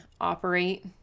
operate